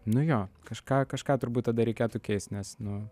nu jo kažką kažką turbūt tada reikėtų keist nes nu